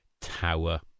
tower